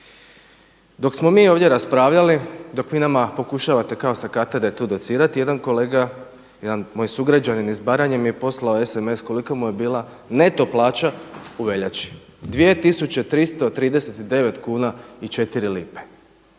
Dok smo mi ovdje raspravljali, dok vi nama pokušavate kao sa katedre to docirati, jedan kolega, jedan moj sugrađanin iz Baranje mi je poslao SMS kolika mu je bila neto plaća u veljači 2.339,04 kuna.